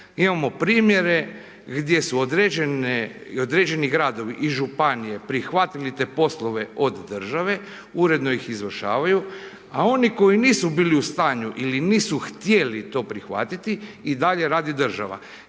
Imamo primjere gdje su određeni gradovi i županije prihvatili te poslove od države, uredno ih izvršavaju, a oni koji nisu bili u stanju ili nisu htjeli to prihvatiti i dalje radi država.